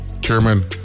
Chairman